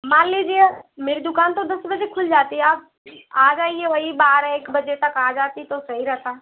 मान लीजिए मेरी दुकान तो दस बजे खुल जाती आप आ जाइए वही बारह एक बजे तक आ जाती तो सही रहता